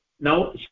now